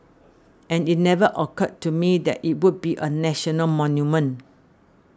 and it never occurred to me that it would be a national monument